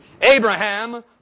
Abraham